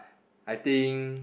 I think